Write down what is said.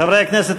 חברי הכנסת,